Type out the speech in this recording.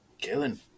killing